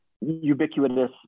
ubiquitous